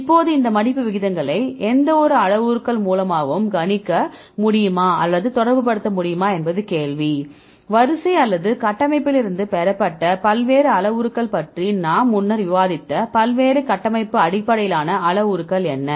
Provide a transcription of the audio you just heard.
இப்போது இந்த மடிப்பு விகிதங்களை எந்தவொரு அளவுருக்கள் மூலமாகவும் கணிக்க முடியுமா அல்லது தொடர்புபடுத்த முடியுமா என்பது கேள்வி வரிசை அல்லது கட்டமைப்பிலிருந்து பெறப்பட்ட பல்வேறு அளவுருக்கள் பற்றி நாம் முன்னர் விவாதித்த பல்வேறு கட்டமைப்பு அடிப்படையிலான அளவுருக்கள் என்ன